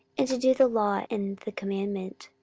and to do the law and the commandment.